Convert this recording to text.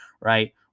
right